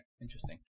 interesting